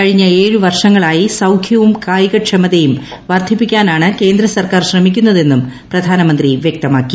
കഴിഞ്ഞ ഏഴ് വർഷങ്ങളായി സൌഖ്യവും കായികക്ഷമതയും വർദ്ധിപ്പിക്കാനാണ് കേന്ദ്ര സർക്കാർ ശ്രമിക്കുന്നതെന്നും പ്രധാനമന്ത്രി വൃക്തമാക്കി